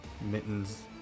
Mitten's